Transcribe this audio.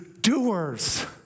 doers